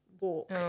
walk